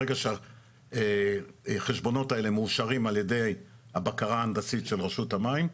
ברגע שהחשבונות האלה מאושרים על ידי הבקרה ההנדסית של רשות המים,